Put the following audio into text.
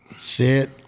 Sit